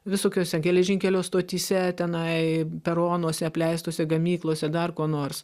visokiose geležinkelio stotyse tenai peronuose apleistose gamyklose dar kuo nors